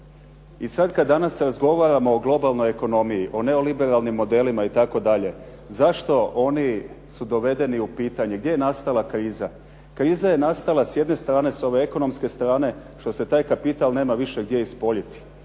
I sad kad danas razgovaramo o globalnoj ekonomiji, o neoliberalnim modelima itd. Zašto oni su dovedeni u pitanje, gdje je nastala kriza. Kriza je nastala s jedne strane s ove ekonomske strane što se taj kapital nema više gdje ispoljiti,